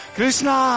Krishna